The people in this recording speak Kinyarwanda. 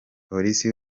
polisi